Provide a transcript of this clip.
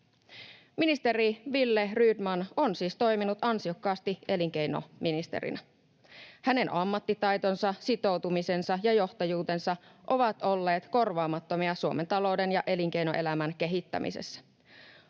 Ministeri Wille Rydman on siis toiminut ansiokkaasti elinkeinoministerinä. Hänen ammattitaitonsa, sitoutumisensa ja johtajuutensa ovat olleet korvaamattomia Suomen talouden ja elinkeinoelämän kehittämisessä.